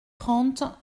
trente